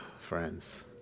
friends